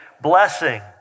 blessing